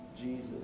Jesus